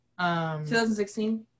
2016